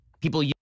people